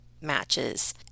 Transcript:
matches